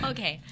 Okay